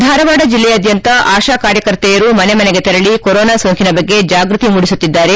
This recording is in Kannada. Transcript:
ಧಾರವಾಡ ಜಿಲ್ಲೆಯಾದ್ಯಂತ ಆಶಾ ಕಾರ್ಯಕರ್ತೆಯರು ಮನೆ ಮನೆಗೆ ತೆರಳಿ ಕೊರೊನಾ ಸೋಂಕಿನ ಬಗ್ಗೆ ಜಾಗ್ಯತಿ ಮೂಡಿಸುತ್ತಿದ್ದಾರೆ